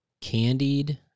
Candied